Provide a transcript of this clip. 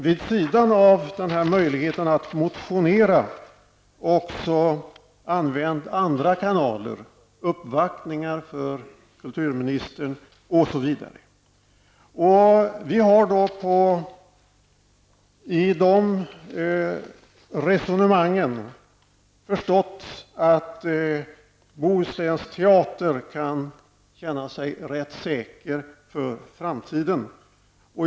Vid sidan av möjligheten att motionera har vi använt även andra kanaler, uppvaktningar av kulturministern, osv. Av dessa resonemang har vi förstått att länsteatern i Bohuslän kan känna sig ganska säker för framtiden.